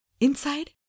Inside